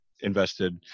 invested